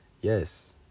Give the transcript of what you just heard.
yes